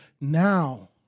now